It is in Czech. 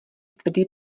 tvrdý